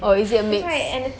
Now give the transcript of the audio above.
or is it a mix